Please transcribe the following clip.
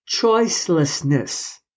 choicelessness